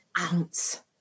ounce